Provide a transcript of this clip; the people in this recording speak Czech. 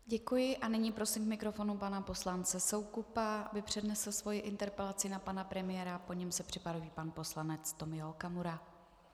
Děkuji a nyní prosím k mikrofonu pana poslance Soukupa, aby přednesl svou interpelaci na pana premiéra, po něm se připraví pan poslanec Tomio Okamura.